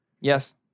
Yes